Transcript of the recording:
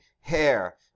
hair